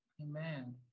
Amen